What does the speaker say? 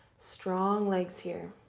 strong legs here.